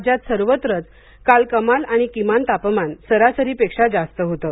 राज्यात सर्वत्रच काल कमाल आणि किमान तापमान सरासरीपेक्षा जास्त होतं